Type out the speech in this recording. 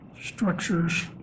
structures